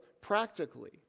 practically